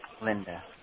Linda